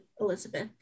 Elizabeth